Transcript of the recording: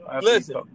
Listen